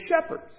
shepherds